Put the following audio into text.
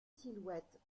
silhouettes